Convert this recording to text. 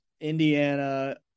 Indiana